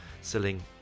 selling